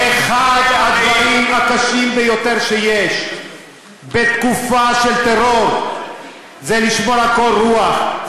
אחד הדברים הקשים ביותר בתקופה של טרור הוא לשמור על קור רוח,